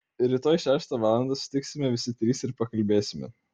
rytoj šeštą valandą susitiksime visi trys ir pakalbėsime